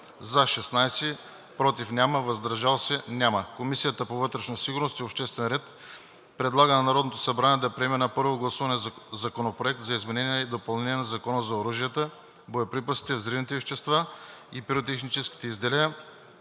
16, без „против“ и „въздържал се“, Комисията по вътрешна сигурност и обществен ред предлага на Народното събрание да приеме на първо гласуване Законопроект за изменение и допълнение на Закона за оръжията, боеприпасите, взривните вещества и пиротехническите изделия,